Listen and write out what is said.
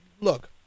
Look